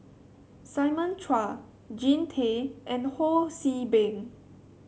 Simon Chua Jean Tay and Ho See Beng